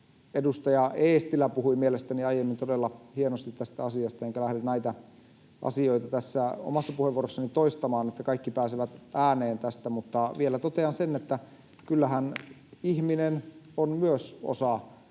Edustaja Eestilä puhui mielestäni aiemmin todella hienosti tästä asiasta, enkä lähde näitä asioita tässä omassa puheenvuorossani toistamaan, jotta kaikki pääsevät ääneen tästä. Mutta vielä totean sen, että kyllähän ihminen on myös osa